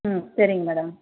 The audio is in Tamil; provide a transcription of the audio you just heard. ம் சரிங்க மேடம்